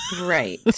Right